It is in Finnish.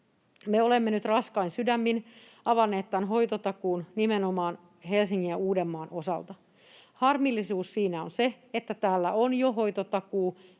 me olemme nyt raskain sydämin avanneet hoitotakuun nimenomaan Helsingin ja Uudenmaan osalta. Harmillisuus siinä on se, että täällä on jo hoitotakuuvelkaa